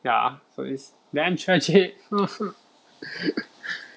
ya so it's damn tragic